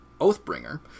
Oathbringer